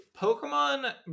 pokemon